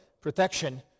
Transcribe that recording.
protection